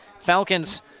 Falcons